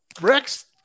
Rex